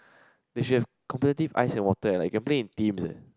they should have competitive Ice and Water leh you can play in teams eh